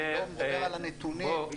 אני מדבר על הנתונים.